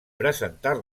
presentar